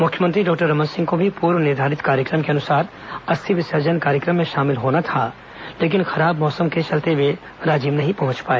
मुख्यमंत्री डॉक्टर रमन सिंह को भी पूर्व निर्धारित कार्यक्रम के अनुसार अस्थि विसर्जन कार्यक्रम में शामिल होना था लेकिन खराब मौसम के चलते वे राजिम नहीं पहुंच पाए